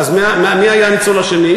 אז מי היה הניצול השני?